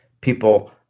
people